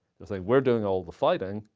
they were doing all of the fighting,